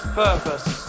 purpose